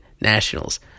Nationals